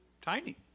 tiny